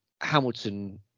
Hamilton